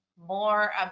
more